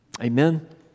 Amen